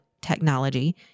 technology